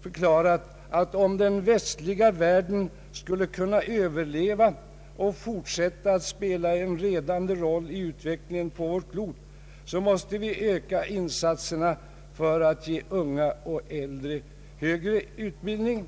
förklarat att om den västliga världen skulle kunna överleva och fortsätta att spela en ledande roll i utvecklingen på vårt klot, så måste vi öka insatserna för att ge både unga och äldre högre utbildning.